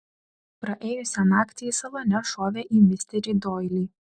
praėjusią naktį salone šovė į misterį doilį